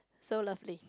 so lovely